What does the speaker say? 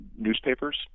newspapers